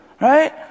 right